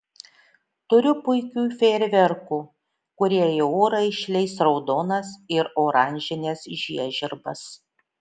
turiu puikių fejerverkų kurie į orą išleis raudonas ir oranžines žiežirbas